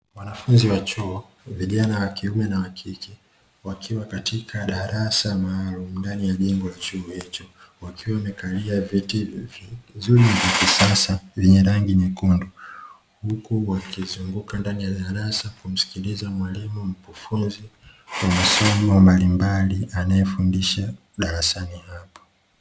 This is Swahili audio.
Wanafunzi wa chuo vijana wa kiume na wa kike wakiwa katika darasa maalumu ndani ya jengo la chuo hicho, wakiwa wamekalia viti vizuri na vya kisasa vyenye rangi nyekundu. Huku wakizunguka ndani ya darasa kumsikiliza mwalimu mkufunzi wa masomo mbalimbali anayefundisha darasani hapo.